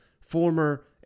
former